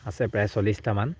আছে প্ৰায় চল্লিছটামান